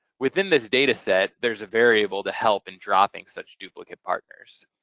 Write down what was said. within this data set there's a variable to help in dropping such duplicate partners.